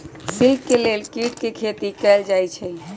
silk के लेल कीट के खेती कएल जाई छई